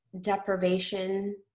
deprivation